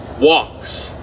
walks